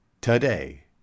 today